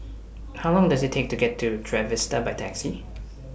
How Long Does IT Take to get to Trevista By Taxi